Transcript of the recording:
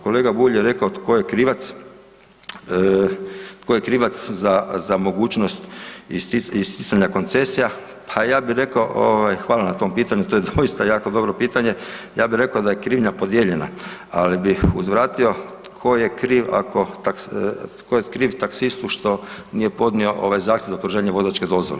Kolega Bulj je rekao tko je krivac, tko je krivac za, za mogućnost isticanja koncesija, pa ja bi rekao ovaj, hvala na tom pitanju, to je doista jako dobro pitanje, ja bi rekao da je krivnja podijeljena, ali bih uzvratio tko je kriv ako, tko je kriv taksistu što nije podnio ovaj zahtjev za produženje vozačke dozvole.